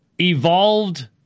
evolved